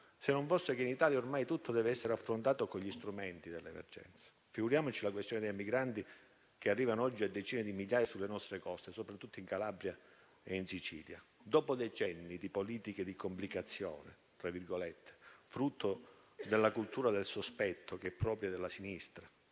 se non fosse che in Italia ormai tutto dev'essere affrontato con gli strumenti dell'emergenza. Figuriamoci la questione dei migranti, che arrivano oggi a decine di migliaia sulle nostre coste, soprattutto in Calabria e in Sicilia. Dopo decenni di politiche di "complicazione", frutto della cultura del sospetto propria della sinistra,